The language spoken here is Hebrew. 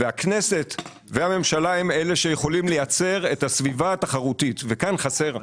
והכנסת והממשלה הם אלה שיכולים לייצר את הסביבה התחרותית וכאן חסר.